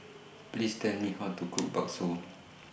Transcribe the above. Please Tell Me How to Cook Bakso